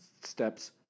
steps